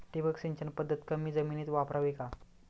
ठिबक सिंचन पद्धत कमी जमिनीत वापरावी का?